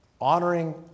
honoring